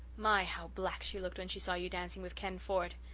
my, how black she looked when she saw you dancing with ken ford.